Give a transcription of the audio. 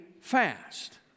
fast